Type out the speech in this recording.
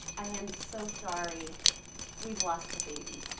i am so sorry we've lost the baby.